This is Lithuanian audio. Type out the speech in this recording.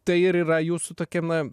tai ir yra jūsų tokia na